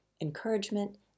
encouragement